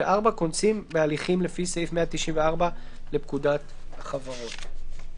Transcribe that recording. (4)כונסים בהליכים לפי סעיף 194(ב) לפקודת החברות,".